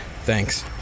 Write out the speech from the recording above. Thanks